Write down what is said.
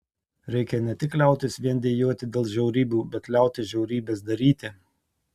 reikia ne tik liautis vien dejuoti dėl žiaurybių bet liautis žiaurybes daryti